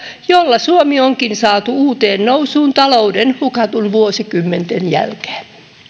jolla suomi onkin saatu uuteen nousuun talouden hukattujen vuosikymmenten jälkeen